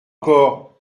encore